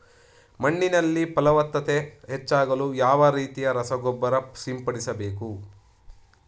ಮಣ್ಣಿನಲ್ಲಿ ಫಲವತ್ತತೆ ಹೆಚ್ಚಾಗಲು ಯಾವ ರೀತಿಯ ರಸಗೊಬ್ಬರ ಸಿಂಪಡಿಸಬೇಕು?